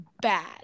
bad